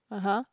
(uh huh)